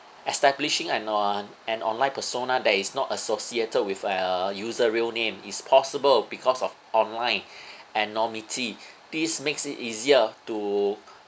establishing an on~ an online persona that is not associated with a user real name is possible because of online anonymity this makes it easier to